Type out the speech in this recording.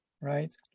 right